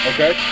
Okay